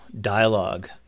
dialogue